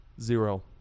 Zero